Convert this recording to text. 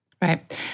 Right